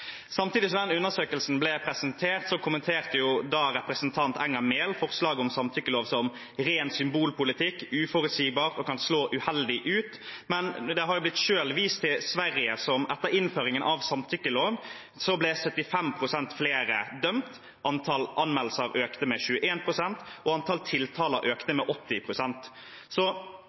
Samtidig som den undersøkelsen ble presentert, kommenterte den daværende representanten Enger Mehl forslaget om samtykkelov som ren symbolpolitikk, uforutsigbart, og at det kan slå uheldig ut. Men det har blitt vist til Sverige, der det etter innføringen av samtykkelov var 75 pst. flere som ble dømt, antall anmeldelser økte med 21 pst., og antall tiltaler økte med